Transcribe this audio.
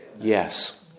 Yes